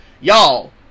Y'all